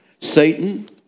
Satan